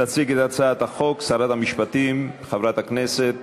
תציג את הצעת החוק שרת המשפטים חברת הכנסת